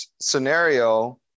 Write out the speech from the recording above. scenario